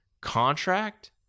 contract